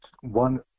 one